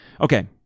Okay